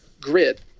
grid